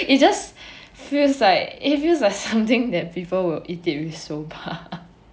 it just feels like it feels like something that people will eat it with soba